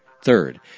Third